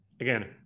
Again